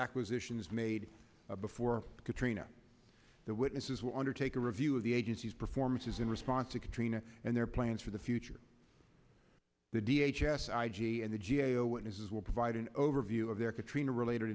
acquisitions made before katrina the witnesses will undertake a review of the agency's performances in response to katrina and their plans for the future the d h s s i g and the g a o witnesses will provide an overview of their katrina related